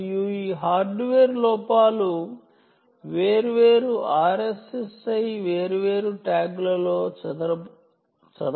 మరియు ఈ హార్డ్వేర్ లోపాలు వేర్వేరు RSSI వేర్వేరు ట్యాగ్లలో వేర్వేరు గా ఉంటాయి